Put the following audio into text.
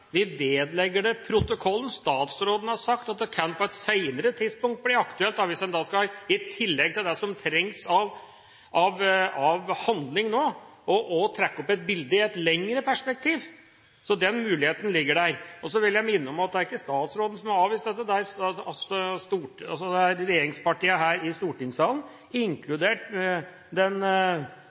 det ved protokollen. Statsråden har sagt at det på et seinere tidspunkt kan bli aktuelt – hvis en i tillegg til det som trengs av handling nå, skal trekke opp et bilde i et lengre perspektiv. Så den muligheten ligger der. Jeg vil minne om at det ikke er statsråden som har avvist dette. Det har regjeringspartiene her i stortingssalen gjort, sammen med den